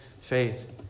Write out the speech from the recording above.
faith